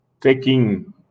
taking